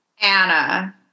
Anna